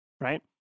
right